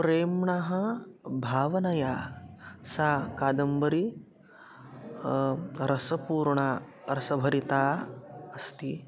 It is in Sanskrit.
प्रेम्णः भावनया सा कादम्बरी रसपूर्णा रसभरिता अस्ति